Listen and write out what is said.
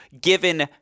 given